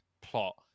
plot